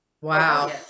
Wow